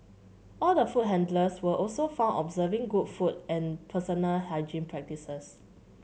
all the food handlers were also found observing good food and personal hygiene practices